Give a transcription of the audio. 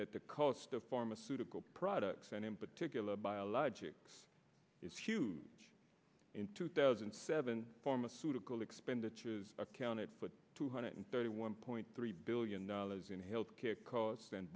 that the cost of pharmaceutical products and in particular biologics is huge in two thousand and seven pharmaceutical expenditures accounted but two hundred thirty one point three billion dollars in health care c